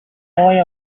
boy